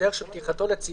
בדרך של פתיחתו לציבור,